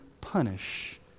punish